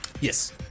Yes